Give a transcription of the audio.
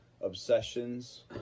Obsessions